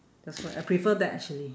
that's why I prefer that actually